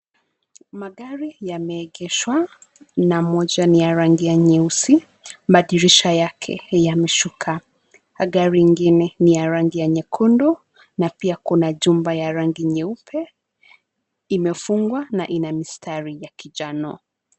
Magari yameengeshwa na moja ni ya rangi ya nyeusi, madirisha yake yameshuka .Gari ingine ni ya rangi ya nyekundu na pia kuna jumba ya rangi nyeupe imefungwa na ina mistari ya kinjano.